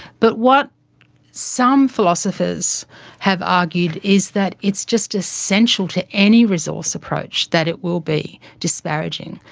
but what some philosophers have argued is that it's just essential to any resource approach that it will be disparaging.